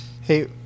Hey